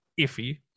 iffy